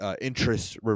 Interest